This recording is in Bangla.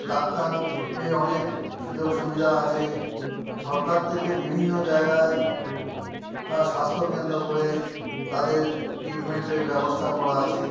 ডাক্তার এর অনেক সুযোগ সুবিধা আছে সরকার থেকে বিভিন্ন জায়গায় স্বাস্থ্যকেন্দ্র করে তাদের ট্রিটমেন্টের ব্যবস্থা করা আছে